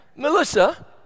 Melissa